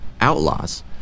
outlaws